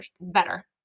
better